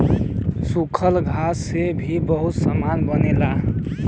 सूखल घास से भी बहुते सामान बनेला